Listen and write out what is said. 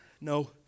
No